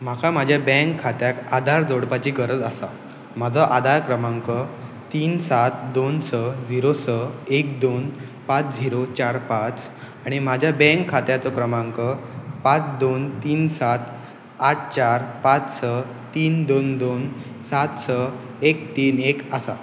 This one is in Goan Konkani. म्हाका म्हज्या बँक खात्याक आदार जोडपाची गरज आसा म्हाजो आदार क्रमांक तीन सात दोन स झिरो स एक दोन पांच झिरो चार पांच आनी म्हाज्या बँक खात्याचो क्रमांक पांच दोन तीन सात आठ चार पांच स तीन दोन दोन सात स एक तीन एक आसा